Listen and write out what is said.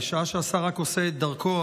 בשעה שהשר עושה את דרכו,